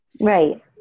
Right